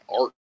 art